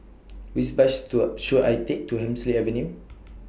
Which Bus stood should I Take to Hemsley Avenue